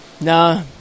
No